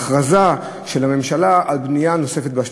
הכרזה של הממשלה על בנייה נוספת בשטחים.